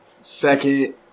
Second